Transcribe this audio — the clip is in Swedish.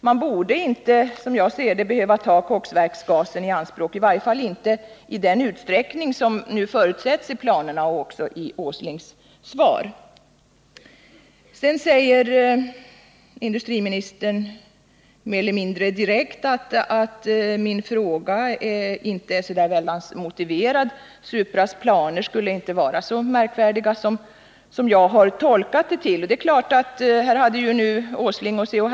Man borde inte, som jag ser det, behöva ta koksverksgasen i anspråk, i varje fall inte i den utsträckning som förutsätts i planerna och även isNils Åslings svar. Industriministern säger mer eller mindre direkt att min fråga inte är så väldigt motiverad. Supras planer skulle inte vara så märkvärdiga som jag har tolkat dem. Nyss hade ju Nils Åsling och C.-H.